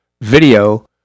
video